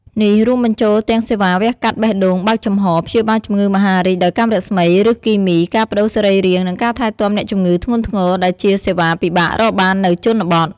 នេះរួមបញ្ចូលទាំងសេវាវះកាត់បេះដូងបើកចំហ ព្យាបាលជំងឺមហារីកដោយកាំរស្មី ឬគីមី ការប្តូរសរីរាង្គ និងការថែទាំអ្នកជំងឺធ្ងន់ធ្ងរ ដែលជាសេវាពិបាករកបាននៅជនបទ។